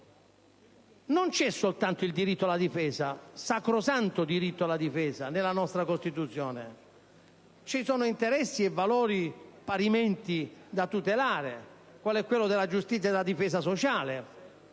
Non c'è soltanto il diritto alla difesa, sacrosanto diritto alla difesa, nella nostra Costituzione: ci sono interessi e valori parimenti da tutelare, quali quello della difesa sociale